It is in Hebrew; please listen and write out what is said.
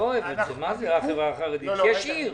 תגידו באיזה עיר